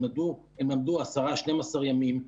הם למדו 12-10 ימים,